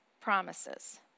promises